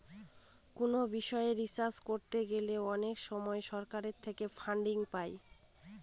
কোনো বিষয় রিসার্চ করতে গেলে অনেক সময় সরকার থেকে ফান্ডিং পাই